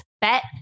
bet